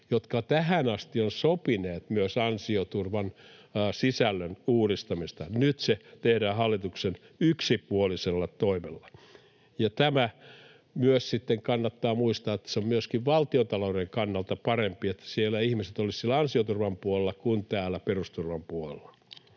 jotka tähän asti ovat sopineet myös ansioturvan sisällön uudistamisesta. Nyt se tehdään hallituksen yksipuolisella toimella. Ja kannattaa sitten muistaa myös tämä, että se on myöskin valtiontalouden kannalta parempi, että ihmiset olisivat siellä ansioturvan puolella kuin täällä perusturvan puolella.